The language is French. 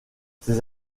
ses